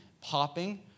popping